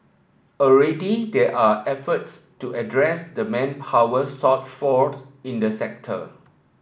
already there are efforts to address the manpower shortfall in the sector